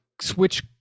switch